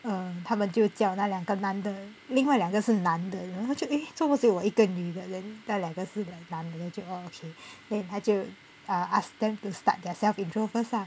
uh 他们就叫那两个男的另外两个是男的 you know then 我就 eh 做什么只有我一个女的 then 那两个是男的 then 就 oh okay then 他就 ask them to start their self intro first lah